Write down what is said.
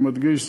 אני מדגיש,